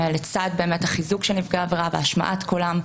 ולצד החיזוק של נפגעי העבירה והשמעת קולם,